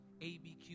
ABQ